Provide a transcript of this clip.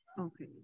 Okay